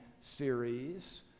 series